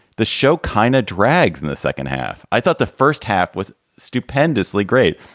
the show kind of drags in the second half. i thought the first half was stupendously great.